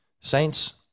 saints